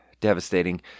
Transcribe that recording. Devastating